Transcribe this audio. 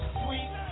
sweet